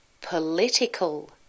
political